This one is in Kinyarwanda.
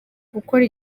gukora